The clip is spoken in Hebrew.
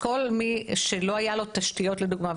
כל מי שלא היו לו תשתיות לדוגמה,